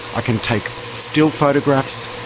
ah can take still photographs,